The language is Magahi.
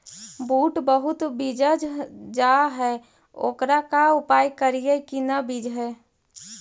बुट बहुत बिजझ जा हे ओकर का उपाय करियै कि न बिजझे?